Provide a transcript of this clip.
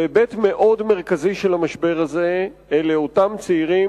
והיבט מאוד מרכזי של המשבר הזה הוא אותם צעירים,